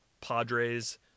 Padres